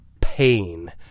pain